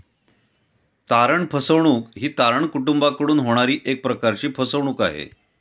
तारण फसवणूक ही तारण कुटूंबाकडून होणारी एक प्रकारची फसवणूक आहे